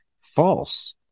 false